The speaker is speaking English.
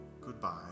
Goodbye